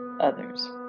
others